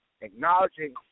acknowledging